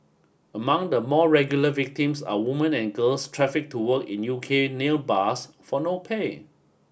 among the more regular victims are woman and girls trafficked to work in U K nail bars for no pay